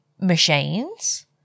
machines